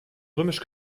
römisch